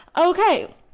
Okay